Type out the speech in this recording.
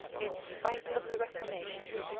in spite of the reformation,